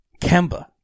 Kemba